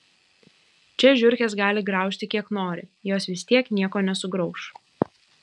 čia žiurkės gali graužti kiek nori jos vis tiek nieko nesugrauš